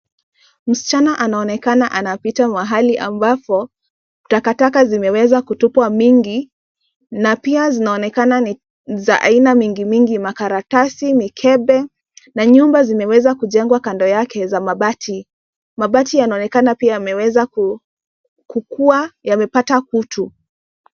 Msichana anaonekana anapita mahali ambapo takataka zimeweza kutupwa mingi na pia zinaonekana ni za aina mingimingi, makaratasi mikebe na nyumba zimeweza kujengwa kando yake za mabati, mabati yanaonekana pia yameweza kukuwa yamepata kutu.